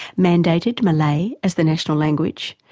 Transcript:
mandated malay as the national language,